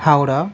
Howrah